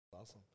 Awesome